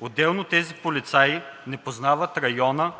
Отделно тези полицаи не познават района